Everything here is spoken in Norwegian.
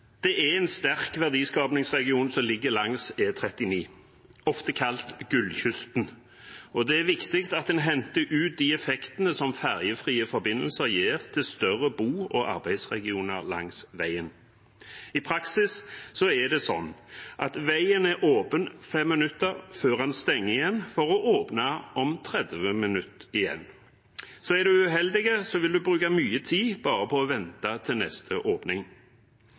Det er en sterk verdiskapingsregion som ligger langs E39, ofte kalt gullkysten. Det er viktig at en henter ut de effektene som fergefrie forbindelser gir til større bo- og arbeidsregioner langs veien. I praksis er veien er åpen i fem minutter før den stenger igjen, for å åpne igjen om 30 minutter. Er en uheldig, vil en bruke mye tid bare på å vente til neste åpning.